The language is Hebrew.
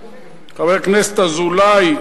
חבר הכנסת אזולאי,